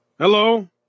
Hello